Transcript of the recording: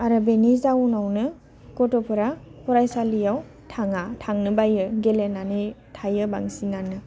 आरो बेनि जाउनावनो गथ'फोरा फरायसालियाव थाङा थांनो बायो गेलेनानै थायो बांसिनानो